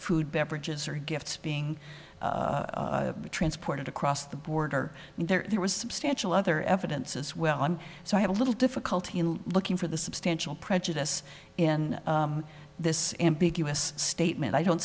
food beverages or gifts being transported across the border and there was substantial other evidence as well and so i had a little difficulty in looking for the substantial prejudice in this ambiguous statement i don't